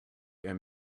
and